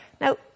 Now